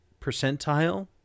percentile